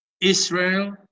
Israel